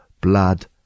blood